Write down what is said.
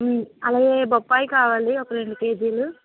అలాగే బొప్పాయి కావాలి ఒక రెండు కేజీలు